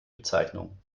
bezeichnung